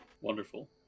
Wonderful